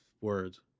words